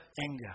anger